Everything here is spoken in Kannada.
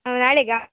ಹ್ಞು ನಾಳೆಗಾ